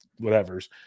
whatevers